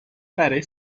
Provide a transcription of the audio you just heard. برای